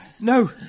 No